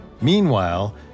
Meanwhile